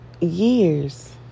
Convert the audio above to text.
years